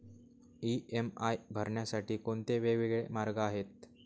EMI भरण्यासाठी कोणते वेगवेगळे मार्ग आहेत?